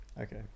Okay